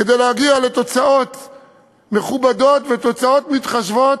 כדי להגיע לתוצאות מכובדות, תוצאות מתחשבות,